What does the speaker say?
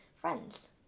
friends